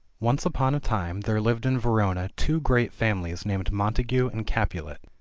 once upon a time there lived in verona two great families named montagu and capulet.